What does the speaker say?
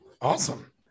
awesome